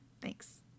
Thanks